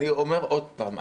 אני אומר עוד פעם,